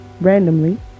randomly